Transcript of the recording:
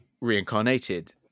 reincarnated